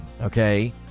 okay